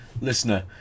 listener